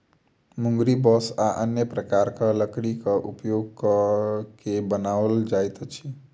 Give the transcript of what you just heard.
मुंगरी बाँस आ अन्य प्रकारक लकड़ीक उपयोग क के बनाओल जाइत अछि